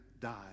died